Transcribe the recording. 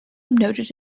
noted